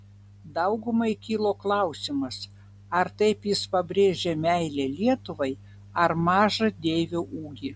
daugumai kilo klausimas ar taip jis pabrėžė meilę lietuvai ar mažą deivio ūgį